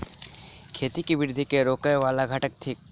खेती केँ वृद्धि केँ रोकय वला घटक थिक?